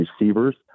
receivers